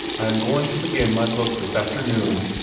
i am going to begin my book this afternoon,